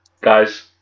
guys